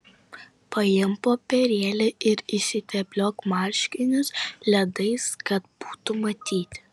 paimk popierėlį ir išsitepliok marškinius ledais kad būtų matyti